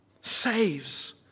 saves